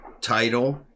title